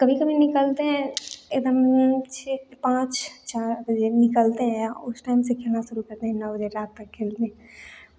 कभी कभी निकलते हैं एकदम छ पाँच चार बजे निकलते हैं और उस टाइम से खेलना शुरू करते हैं नौ बजे रात तक खेलते हैं